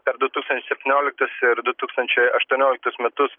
per du tūkstančiai septynioliktus ir du tūkstančiai aštuonioliktus metus